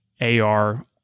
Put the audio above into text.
AR